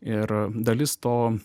ir dalis to